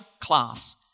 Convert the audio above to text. class